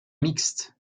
mixte